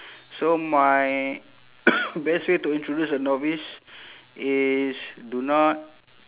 so my best way to introduce a novice is do not